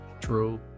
true